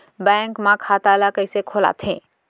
Bank म खाता ल कइसे खोलथे?